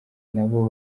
nabo